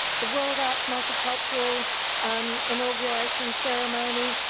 the world arts multicultural inauguration ceremony,